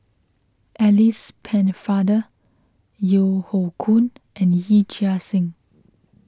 Alice Pennefather Yeo Hoe Koon and Yee Chia Hsing